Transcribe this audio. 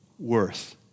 Worth